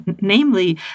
namely